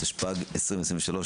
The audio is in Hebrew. התשפ"ג-2022,